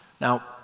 Now